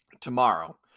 tomorrow